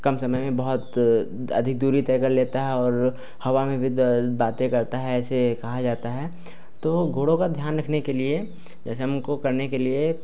कम समय में बहुत अधिक दूरी तय कर लेता है और हवा में भी बातें करता है ऐसा कहा जाता है तो घोड़ों का ध्यान रखने के लिए जैसे हमको करने के लिए